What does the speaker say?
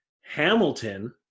Hamilton